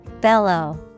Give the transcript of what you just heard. Bellow